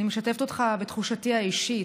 אני משתפת אותך בתחושתי האישית.